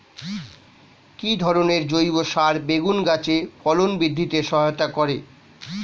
কি ধরনের জৈব সার বেগুন গাছে ফলন বৃদ্ধিতে সহায়তা করে?